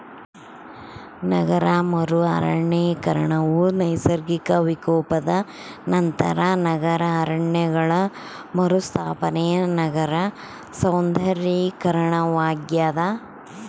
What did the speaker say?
ನಗರ ಮರು ಅರಣ್ಯೀಕರಣವು ನೈಸರ್ಗಿಕ ವಿಕೋಪದ ನಂತರ ನಗರ ಅರಣ್ಯಗಳ ಮರುಸ್ಥಾಪನೆ ನಗರ ಸೌಂದರ್ಯೀಕರಣವಾಗ್ಯದ